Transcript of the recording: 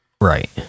Right